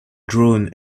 drone